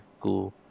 cool